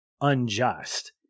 unjust